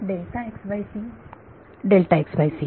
विद्यार्थी